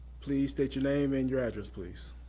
please state your name and your address, please.